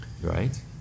Right